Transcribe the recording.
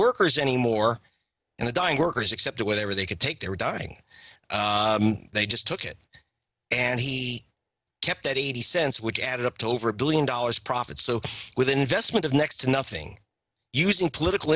workers anymore and the dying workers except where they were they could take they were dying they just took it and he kept at eighty cents which added up to over a billion dollars profit so with an investment of next to nothing using political